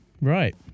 Right